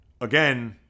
again